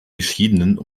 geschiedenen